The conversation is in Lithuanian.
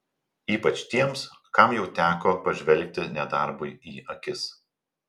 ypač tiems kam jau teko pažvelgti nedarbui į akis